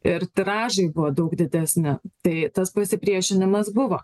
ir tiražai buvo daug didesni tai tas pasipriešinimas buvo